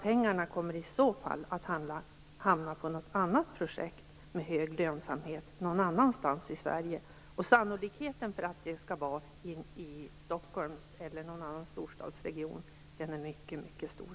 Pengarna kommer i så fall att hamna på något annat projekt med hög lönsamhet någon annanstans i Sverige, och sannolikheten för att det skall vara i Stockholmsregionen eller någon annan storstadsregion är mycket stor.